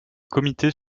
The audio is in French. comités